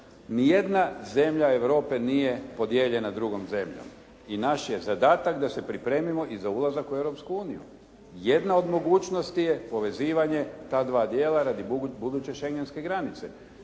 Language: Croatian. Nijedna zemlja Europe nije podijeljena drugom zemljom. I naš je zadatak da se pripremimo i za ulazak u Europsku uniju. Jedna od mogućnosti je povezivanje ta dva dijela radi buduće shengenske granice.